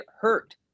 hurt